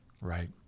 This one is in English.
Right